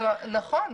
נכון.